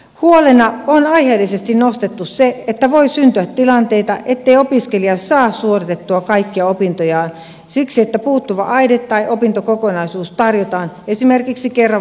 huoleksi on aiheellisesti nostettu se että voi syntyä tilanteita ettei opiskelija saa suoritettua kaikkia opintojaan siksi että puuttuva aine tai opintokokonaisuus tarjotaan esimerkiksi kerran